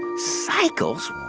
cycles?